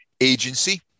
agency